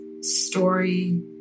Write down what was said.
story